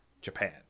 Japan